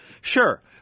sure